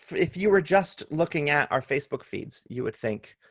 if you were just looking at our facebook feeds, you would think,